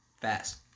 Fast